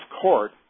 court